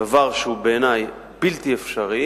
דבר שהוא בעיני בלתי אפשרי